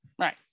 Right